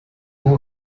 who